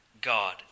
God